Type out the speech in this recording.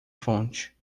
fonte